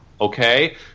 okay